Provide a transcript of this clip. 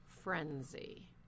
frenzy